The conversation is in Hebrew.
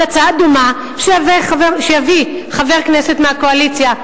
הצעה דומה שיביא חבר כנסת מהקואליציה,